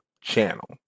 channel